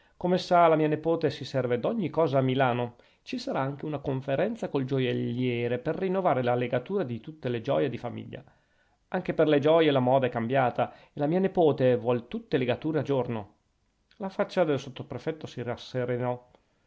come sa la mia nepote si serve d'ogni cosa a milano ci sarà anche una conferenza col gioielliere per rinnovare la legatura di tutte le gioie di famiglia anche per le gioie la moda è cambiata e la mia nepote vuol tutte legature a giorno la faccia del sottoprefetto si rasserenò